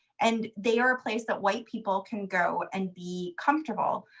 and they are a place that white people can go and be comfortable